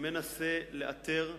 מנסה לאתר,